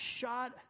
shot